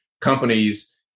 companies